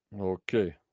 Okay